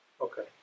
Okay